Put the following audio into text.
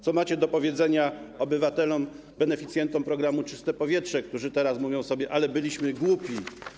Co macie do powiedzenia obywatelom, beneficjentom programu „Czyste powietrze”, którzy teraz mówią sobie: ale byliśmy głupi?